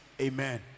Amen